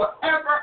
forever